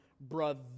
brother